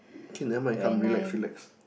K never mind come relax relax